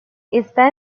está